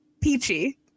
peachy